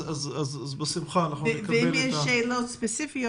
אם תפנו אלינו בשאלות ספציפיות,